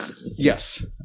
Yes